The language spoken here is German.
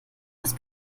das